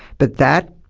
but that,